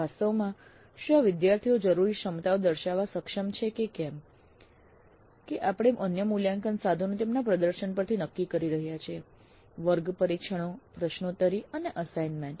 વાસ્તવમાં શું આ વિદ્યાર્થીઓ જરૂરી ક્ષમતાઓ દર્શાવવા સક્ષમ છે કે કેમ કે આપણે અન્ય મૂલ્યાંકન સાધનો તેમના પ્રદર્શન પરથી નક્કી કરી રહ્યા છીએ વર્ગ પરીક્ષણો પ્રશ્નોત્તરી અને અસાઈન્મેન્ટ